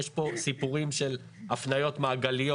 יש פה סיפורים של הפניות מעגליות.